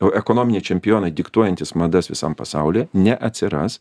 o ekonominiai čempionai diktuojantys madas visam pasaulyj neatsiras